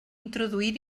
introduir